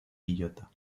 quillota